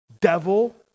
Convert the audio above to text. devil